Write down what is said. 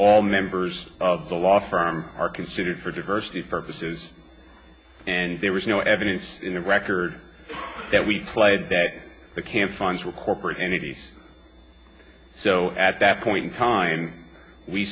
all members of the law firm are considered for diversity purposes and there was no evidence in the record that we played that the camp funds were corporate entities so at that point in time we